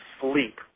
sleep